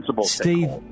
Steve